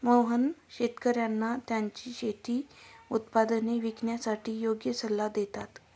मोहन शेतकर्यांना त्यांची शेती उत्पादने विकण्यासाठी योग्य सल्ला देतात